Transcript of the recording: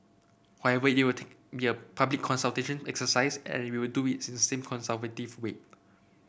however it will take be a public consultation exercise and we will do it